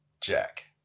Jack